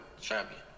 champion